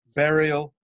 burial